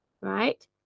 right